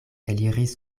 eliris